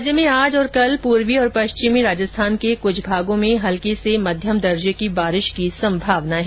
राज्य में आज और कल पूर्वी और पश्चिमी राजस्थान के कुछ भागों में हल्की से मध्यम दर्जे की बारिश होने की संभावना है